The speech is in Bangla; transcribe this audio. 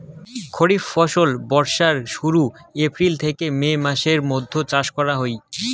খরিফ ফসল বর্ষার শুরুত, এপ্রিল থেকে মে মাসের মৈধ্যত চাষ করা হই